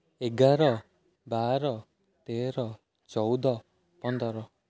ଏଗାର ବାର ତେର ଚଉଦ ପନ୍ଦର